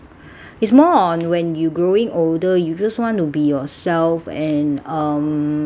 is more on when you growing older you just want to be yourself and um